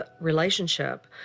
relationship